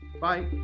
Bye